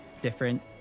different